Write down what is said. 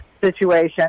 situation